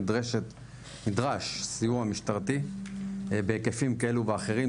נדרש סיוע משטרתי בהיקפים כאלה ואחרים,